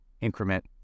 increment